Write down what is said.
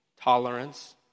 tolerance